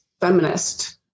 feminist